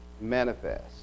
manifest